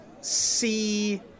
see